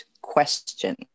question